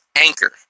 Anchor